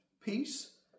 peace